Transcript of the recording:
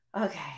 Okay